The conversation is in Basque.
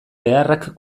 beharrak